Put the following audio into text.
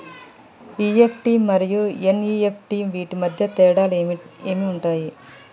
EFT మరియు NEFT వీటి మధ్య తేడాలు ఏమి ఉంటాయి?